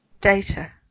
data